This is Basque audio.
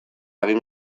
egin